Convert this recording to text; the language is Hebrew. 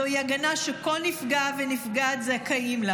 זוהי הגנה שכל נפגע ונפגעת זכאים לה